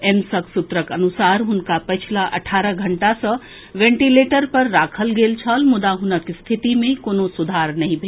एम्सक सूत्रक अनुसार हुनका पछिला अठारह घंटा सँ वेंटीलेटर पर राखल गेल छल मुदा हुनक स्थिति मे कोनो सुधार नहि भेल